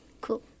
Cool